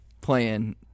playing